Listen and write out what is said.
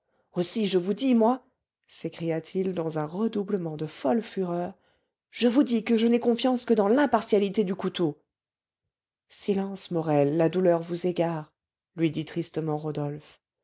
aussi je vous dis moi s'écria-t-il dans un redoublement de folle fureur je vous dis que je n'ai confiance que dans l'impartialité du couteau silence morel la douleur vous égare lui dit tristement rodolphe